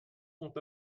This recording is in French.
sont